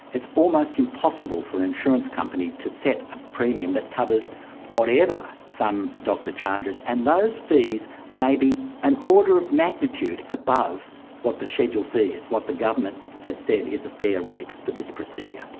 it's almost impossible for an insurance company to set a premium that covers whatever some doctor charges, and those fees may be an order of magnitude above what the scheduled fee is, what the government has said is a fair rate for this procedure.